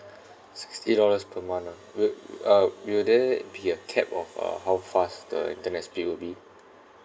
sixty dollars per month ah will uh will there be a cap of uh how fast the internet speed will be